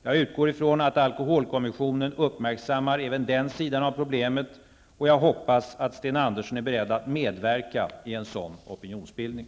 Jag utgår från att alkoholkommissionen uppmärksammar även den sidan av problemet, och jag hoppas att Sten Andersson är beredd att medverka i en sådan opinionsbildning.